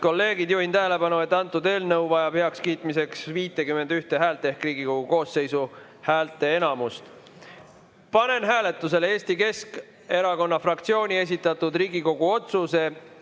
kolleegid, juhin tähelepanu, et eelnõu vajab heakskiitmiseks 51 häält ehk Riigikogu koosseisu häälteenamust. Panen hääletusele Eesti Keskerakonna fraktsiooni esitatud Riigikogu otsuse